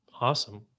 Awesome